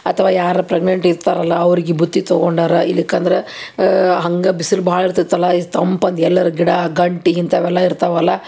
ಅಥವಾ ಯಾರೋ ಪ್ರಗ್ನೆಂಟ್ ಇರ್ತಾರಲ್ಲ ಅವ್ರಿಗೆ ಬುತ್ತಿ ತಗೊಂಡಾರ ಇದಕ್ಕಂದ್ರೆ ಹಂಗೆ ಬಿಸಿಲು ಭಾಳ ಇರ್ತಿತ್ತಲ್ಲ ಇದು ತಂಪಂದು ಎಲ್ಲಾರ್ ಗಿಡಗಂಟಿ ಇಂಥವೆಲ್ಲ ಇರ್ತಾವಲ್ಲ